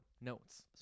Notes